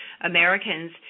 Americans